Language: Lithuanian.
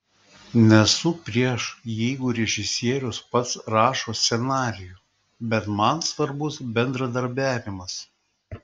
nesu prieš jeigu režisierius pats rašo scenarijų bet man svarbus bendradarbiavimas